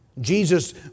Jesus